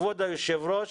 כבוד היושב-ראש,